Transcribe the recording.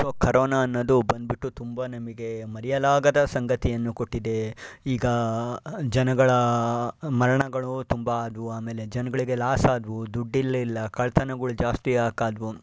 so corona ಅನ್ನೋದು ಬಂದ್ಬಿಟ್ಟು ತುಂಬ ನಮಗೆ ಮರೆಯಲಾಗದ ಸಂಗತಿಯನ್ನು ಕೊಟ್ಟಿದೆ ಈಗ ಜನಗಳ ಮರಣಗಳು ತುಂಬ ಆದವು ಆಮೇಲೆ ಜನಗಳಿಗೆ ಲಾಸ್ ಆದವು ದುಡ್ಡಿರ್ಲಿಲ್ಲ ಕಳ್ಳತನಗಳು ಜಾಸ್ತಿ ಯಾಕೆ ಆದವು